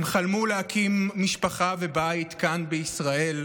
הם חלמו להקים משפחה ובית כאן, בישראל.